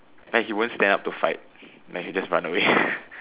like he won't stand up to fight he will just run away